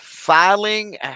filing